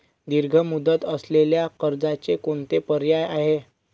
दीर्घ मुदत असलेल्या कर्जाचे कोणते पर्याय आहे?